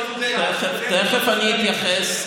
תכף אתייחס,